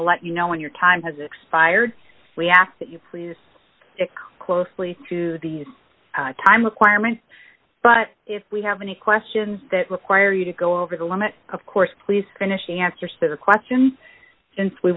we'll let you know when your time has expired we ask that you please stick closely to the time requirements but if we have any questions that require you to go over the limit of course please finish the answer so the questions since we